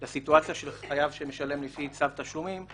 יכול בסופו של דבר להניע חייבים להתמיד בתשלום החובות שלהם,